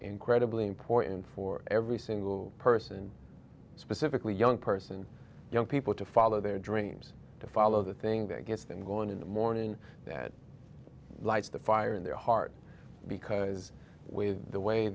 incredibly important for every single person specifically young person young people to follow their dreams to follow the thing that gets them going in the morning that lights the fire in their heart because with the way